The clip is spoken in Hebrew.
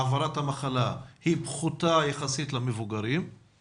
העברת המחלה היא פחותה יחסית למבוגרים ---